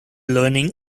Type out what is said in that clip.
learning